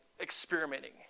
experimenting